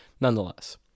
nonetheless